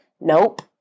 Nope